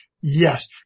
yes